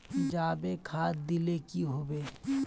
जाबे खाद दिले की होबे?